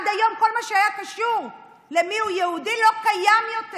מה שהיה קשור עד היום למיהו יהודי לא קיים יותר.